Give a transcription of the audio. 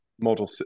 model